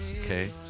Okay